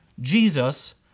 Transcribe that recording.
Jesus